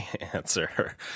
answer